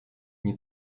nie